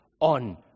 on